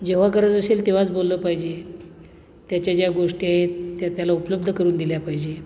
जेव्हा गरज असेल तेव्हाच बोललं पाहिजे त्याच्या ज्या गोष्टी आहेत त्या त्याला उपलब्ध करून दिल्या पाहिजे